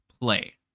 play